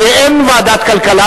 אז אין ועדת הכלכלה.